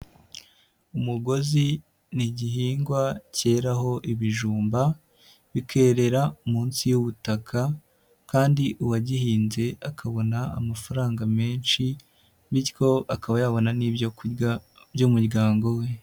Umugozi ni igihingwa cyeraho ibijumba, bikerera munsi y'ubutaka kandi uwagihinze akabona amafaranga menshi, bityo akaba yabona n'ibyo kurya by'umuryango we.